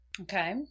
Okay